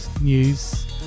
news